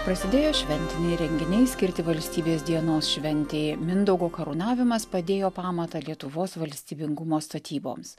prasidėjo šventiniai renginiai skirti valstybės dienos šventei mindaugo karūnavimas padėjo pamatą lietuvos valstybingumo statyboms